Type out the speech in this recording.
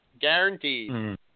Guaranteed